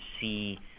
see